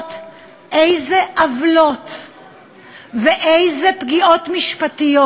לראות אילו עוולות ואילו פגיעות משפטיות